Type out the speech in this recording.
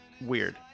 weird